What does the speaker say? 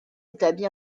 établit